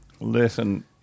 Listen